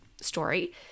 story